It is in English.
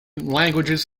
languages